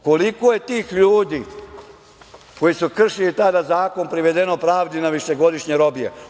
Koliko je tih ljudi koji su kršili tada zakon privedeno pravdi na višegodišnje robije?